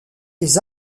des